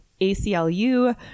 ACLU